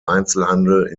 einzelhandel